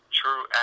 true